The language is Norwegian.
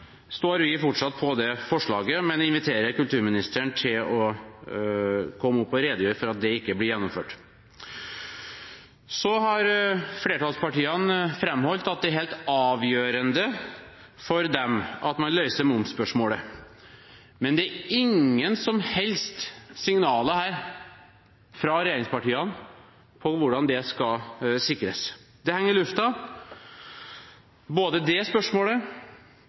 står vi fortsatt på det forslaget, men inviterer kulturministeren til å komme opp og redegjøre for at det ikke blir gjennomført. Så har flertallspartiene framholdt at det er helt avgjørende for dem at man løser moms-spørsmålet. Men det er ingen som helst signaler her fra regjeringspartiene på hvordan det skal sikres. Det henger i lufta, både det spørsmålet,